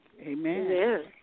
Amen